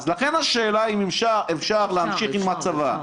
לכן השאלה היא אם אפשר להמשיך עם הצבא,